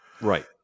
Right